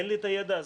אין לי את הידע הזה,